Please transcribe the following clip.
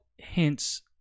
hence